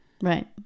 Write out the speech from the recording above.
Right